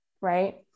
right